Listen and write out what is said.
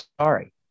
sorry